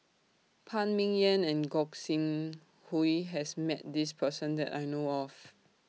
Phan Ming Yen and Gog Sing Hooi has Met This Person that I know of